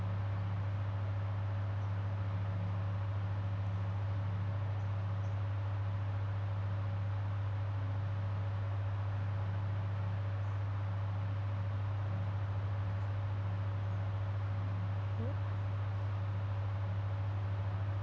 hmm